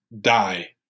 die